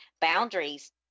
boundaries